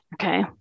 Okay